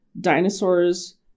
dinosaurs